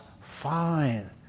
fine